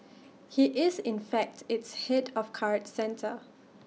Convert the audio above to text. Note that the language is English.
he is in fact its Head of card centre